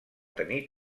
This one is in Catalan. tenir